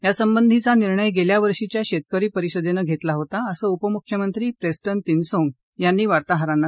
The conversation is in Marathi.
यासंबंधीचा नि र्णय गेल्या वर्षीच्या शेतकरी परिषदेनं घेतला होता असं उपमुख्यमंत्री प्रेस्टन तिनसोंग यांनी वार्ताहरानां सांगितलं